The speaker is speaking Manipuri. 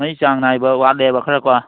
ꯃꯩ ꯆꯥꯡ ꯅꯥꯏꯕ ꯋꯥꯠꯂꯦꯕ ꯈꯔ ꯀꯣ